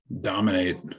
dominate